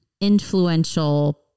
influential